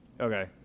Okay